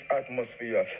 atmosphere